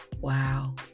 Wow